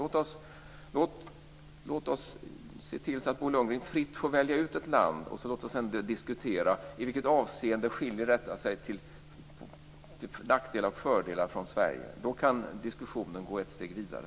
Låt oss se till att Bo Lundgren fritt får välja ut ett land och låt oss sedan diskutera i vilka avseenden detta skiljer sig från Sverige när det gäller nackdelar och fördelar. Då kan diskussionen gå ett steg vidare.